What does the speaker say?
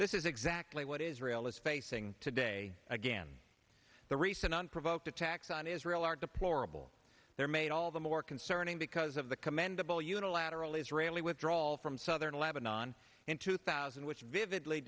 this is exactly what israel is facing today again the recent unprovoked attacks on israel are deplorable they're made all the more concerning because of the commendable unilateral israeli withdrawal from southern lebanon in two thousand which vividly